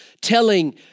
telling